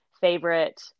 favorite